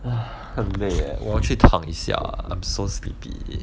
很累 eh 我去躺一下 lah I'm so sleepy